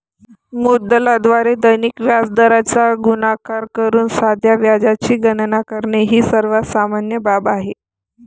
मुद्दलाद्वारे दैनिक व्याजदराचा गुणाकार करून साध्या व्याजाची गणना करणे ही सर्वात सामान्य बाब आहे